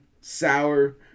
sour